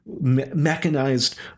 mechanized